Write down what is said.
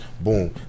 boom